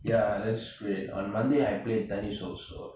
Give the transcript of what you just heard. ya that's great on monday I played tennis also